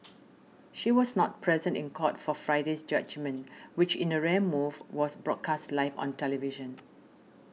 she was not present in court for Friday's judgement which in a rare move was broadcast live on television